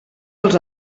els